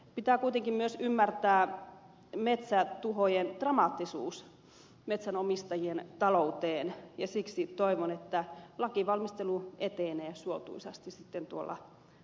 pitää kuitenkin myös ymmärtää metsätuhojen dramaattisuus metsänomistajien talouteen ja siksi toivon että lakivalmistelu etenee suotuisasti sitten tuolla valiokunnassa